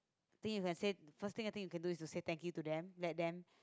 then you can say first thing I think you can do is to say thank you to them let them